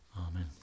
Amen